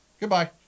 goodbye